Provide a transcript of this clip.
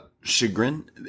chagrin